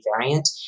variant